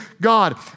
God